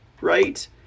right